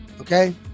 Okay